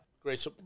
Great